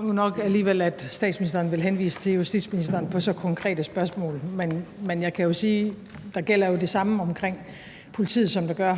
nu nok alligevel, at statsministeren vil henvise til justitsministeren på så konkrete spørgsmål, men jeg kan jo sige, at der jo gælder det samme omkring politiet, som der gør,